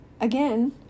again